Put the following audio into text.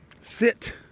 sit